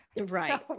Right